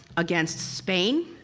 against spain,